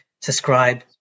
subscribe